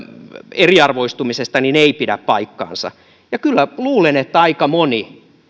eriarvoistumisesta ei pidä paikkaansa kyllä luulen että aika moni